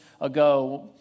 ago